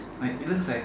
like it looks like